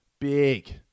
big